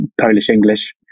Polish-English